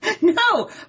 No